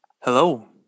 Hello